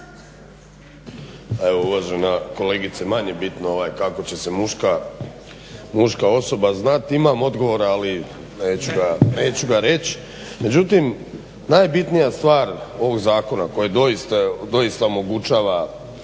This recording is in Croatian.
Evo uvažena kolegice manje je bitno kako će se muška osoba zvati, imam odgovor ali neću ga reći, međutim najbitnija stvar ovog zakona koji doista omogućava